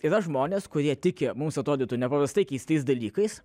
yra žmonės kurie tiki mums atrodytų nepaprastai keistais dalykais